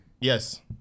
Yes